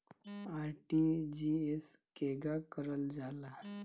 RTGS केगा करलऽ जाला?